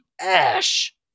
ash